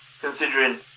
considering